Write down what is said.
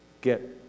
get